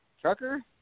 Trucker